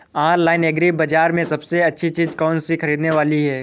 Online agri बाजार में सबसे अच्छी चीज कौन सी ख़रीदने वाली है?